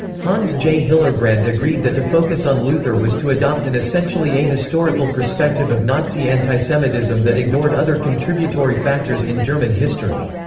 hans j. hillerbrand agreed that to focus on luther was to adopt an essentially ahistorical perspective of nazi antisemitism that ignored other contributory factors in german history.